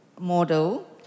model